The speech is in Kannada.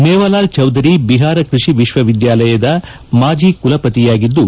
ವೇವಾಲಾಲ್ ಚೌಧರಿ ಬಿಹಾರ ಕೃಷಿ ವಿಶ್ವವಿದ್ನಾಲಯದ ಮಾಜಿ ಕುಲಪತಿಯಾಗಿದ್ದು